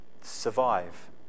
survive